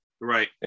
right